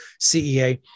CEA